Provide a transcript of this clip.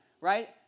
right